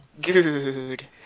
Good